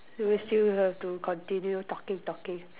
we still have to continue talking talking